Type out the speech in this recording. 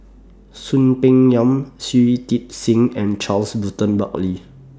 Soon Peng Yam Shui Tit Sing and Charles Burton Buckley